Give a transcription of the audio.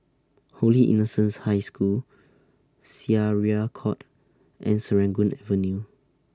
Holy Innocents' High School Syariah Court and Serangoon Avenue